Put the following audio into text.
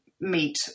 meet